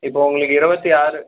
இப்போ உங்களுக்கு இருபத்தி ஆறு